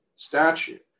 Statute